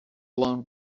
blown